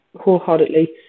wholeheartedly